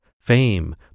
fame